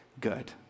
good